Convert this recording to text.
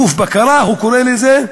גוף בקרה הוא קורא לזה,